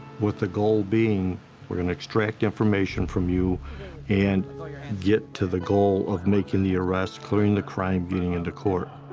with the goal being we're gonna extract information from you and get to the goal of making the arrest, clearing the crime, getting into court.